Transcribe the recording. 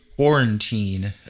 quarantine